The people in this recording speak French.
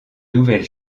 nouvelle